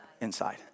Inside